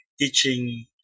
teaching